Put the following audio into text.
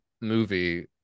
movie